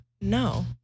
No